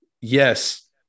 Yes